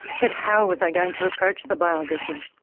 but how was i going to approach the biography?